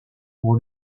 pour